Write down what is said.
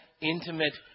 intimate